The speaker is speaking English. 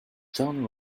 jon